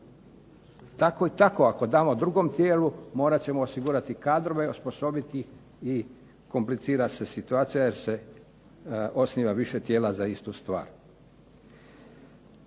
Tako i tako ako damo drugom tijelu morat ćemo osigurati kadrove, osposobiti ih i komplicira se situacija jer se osniva više tijela za istu stvar.